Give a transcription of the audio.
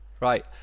Right